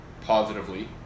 positively